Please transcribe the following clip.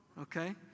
okay